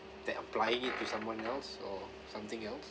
that applying it to someone else or something else